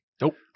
nope